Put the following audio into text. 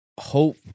hope